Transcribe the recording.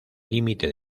límite